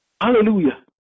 Hallelujah